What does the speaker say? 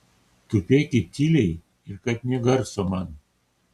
tupėkit tyliai ir kad nė garso man